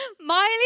Miley